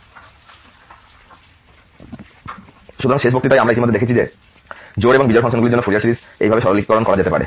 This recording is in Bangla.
সুতরাং শেষ বক্তৃতায় আমরা ইতিমধ্যে দেখেছি যে জোড় এবং বিজোড় ফাংশনগুলির জন্য ফুরিয়ার সিরিজ এইভাবে সরলীকরণ করা যেতে পারে